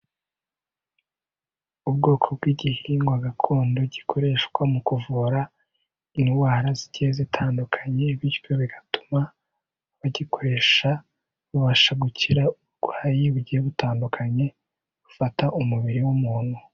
Ubwoko bw'igihingwa gakondo gikoreshwa mu kuvura indwara zigiye zitandukanye, bityo bigatuma abagikoresha babasha gukira uburwayi bugiye butandukanye bufata umubiri w'umuntu.